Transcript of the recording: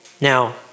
Now